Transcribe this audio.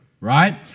right